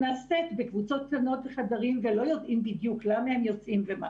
נעשית בקבוצות קטנות וחדרים ולא יודעים בדיוק למה הם יוצאים ומה.